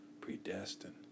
predestined